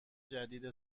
جدید